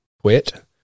quit